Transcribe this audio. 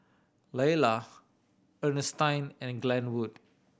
Laylah Earnestine and Glenwood